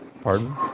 Pardon